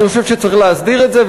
אני חושב שצריך להסדיר את זה.